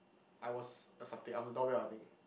I was a something I was a doorbell I think